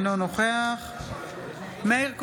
אינו נוכח מאיר כהן,